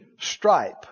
Stripe